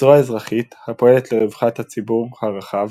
זרוע אזרחית, הפועלת לרווחת הציבור הרחב,